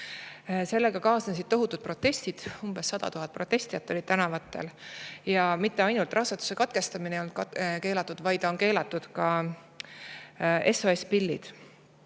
Sellega kaasnesid tohutud protestid, umbes 100 000 protestijat oli tänavatel. Ja mitte ainult raseduse katkestamine ei ole keelatud, vaid on keelatud ka SOS-pillid.